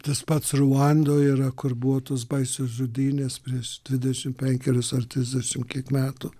tas pats ruandoj yra kur buvo tos baisios žudynės prieš dvidešimt penkerius ar trisdešimt kiek metų